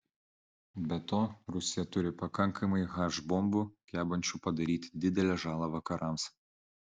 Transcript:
be to rusija turi pakankamai h bombų gebančių padaryti didelę žalą vakarams